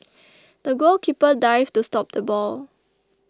the goalkeeper dived to stop the ball